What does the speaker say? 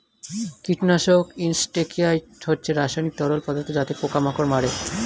কীটনাশক ইনসেক্টিসাইড হচ্ছে রাসায়নিক তরল পদার্থ যাতে পোকা মাকড় মারে